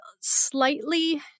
slightly